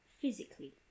Physically